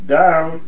down